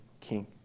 king